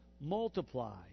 multiply